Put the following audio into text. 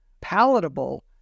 palatable